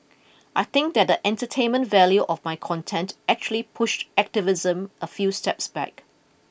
I think that the entertainment value of my content actually pushed activism a few steps back